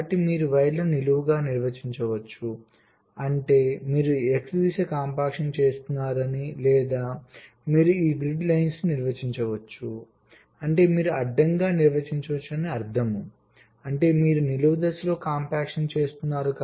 కాబట్టి మీరు వైర్లను నిలువుగా నిర్వచించవచ్చు అంటే మీరు X దిశ కాంపాక్షన్ చేస్తున్నారని లేదా మీరు ఈ గ్రిడ్ పంక్తులను నిర్వచించవచ్చు అంటే మీరు అడ్డంగా నిర్వచించవచ్చని అర్థం అంటే మీరు నిలువు దిశలో కాంపాక్షన్ చేస్తున్నారు